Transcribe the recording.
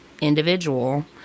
individual